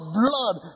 blood